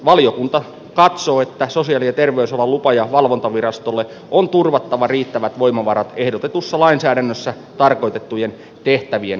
valiokunta katsoo että sosiaali ja terveysalan lupa ja valvontavirastolle on turvattava riittävät voimavarat ehdotetussa lainsäädännössä tarkoitettujen tehtävien hoitamiseen